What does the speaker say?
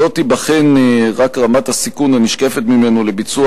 לא תיבחן רק רמת הסיכון הנשקפת ממנו לביצוע